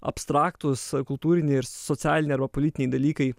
abstraktūs kultūriniai ir socialiniai arba politiniai dalykai